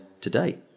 today